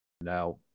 Now